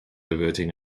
averting